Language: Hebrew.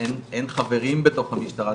שאין חברים בתוך המשטרה,